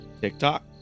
TikTok